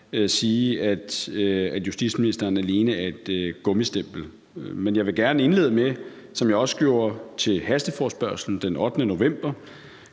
sige, at justitsministeren alene er et gummistempel. Men jeg vil gerne indlede med, som jeg også gjorde til hasteforespørgslen den 8. november,